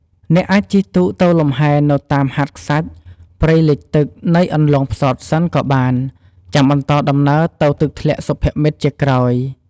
អ្នកអាចជិះទូកទៅលំហែនៅតាមហាតខ្សាច់ព្រៃលិចទឹកនិងអន្លង់ផ្សោតសិនក៏បានចាំបន្តដំណើរទៅទឹកធ្លាក់សុភមិត្តជាក្រោយ។